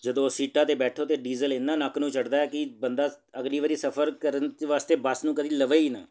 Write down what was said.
ਜਦੋਂ ਸੀਟਾਂ 'ਤੇ ਬੈਠੋ ਤਾਂ ਡੀਜ਼ਲ ਇੰਨਾ ਨੱਕ ਨੂੰ ਚੜਦਾ ਕਿ ਬੰਦਾ ਅਗਲੀ ਵਾਰੀ ਸਫ਼ਰ ਕਰਨ ਚ ਵਾਸਤੇ ਬੱਸ ਨੂੰ ਕਦੀ ਲਵੇ ਹੀ ਨਾ